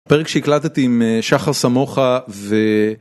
פרק שהקלטתי עם שחר סמוכה ו.